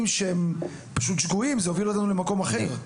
שהם שגויים זה יוביל אותנו למקום אחר.